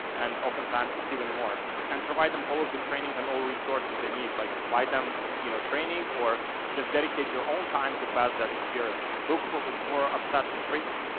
and oftentimes it's even more. and provide them all the training and all resources and, like buy them you know training or just dedicate your own time to pass that experience. look for um for obsessive freaks.